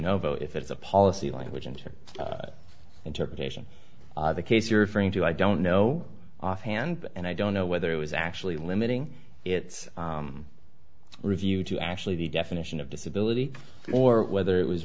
know if it's a policy language and interpretation of the case you're referring to i don't know offhand and i don't know whether it was actually limiting its review to actually the definition of disability or whether it was